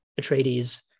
Atreides